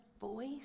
voice